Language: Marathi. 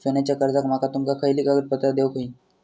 सोन्याच्या कर्जाक माका तुमका खयली कागदपत्रा देऊक व्हयी?